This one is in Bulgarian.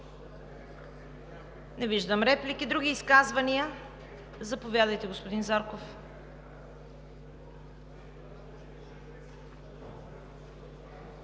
Не виждам. Други изказвания? Заповядайте, господин Зарков.